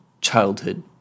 childhood